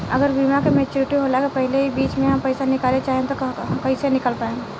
अगर बीमा के मेचूरिटि होला के पहिले ही बीच मे हम पईसा निकाले चाहेम त कइसे निकाल पायेम?